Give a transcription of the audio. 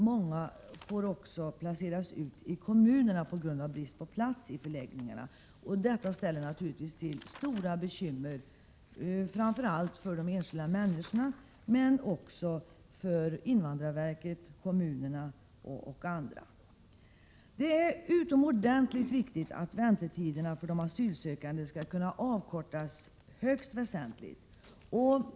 Många placeras också ute i kommunerna på grund av brist på plats i förläggningarna. Detta medför självfallet stora bekymmer, framför allt för de enskilda människor som berörs, men även för invandrarverket, kommunerna m.fl. Det är utomordentligt viktigt att väntetiderna för de asylsökande kan avkortas högst väsentligt.